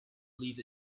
leave